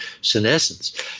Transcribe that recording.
senescence